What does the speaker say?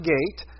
Gate